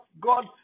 God